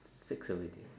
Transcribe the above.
six already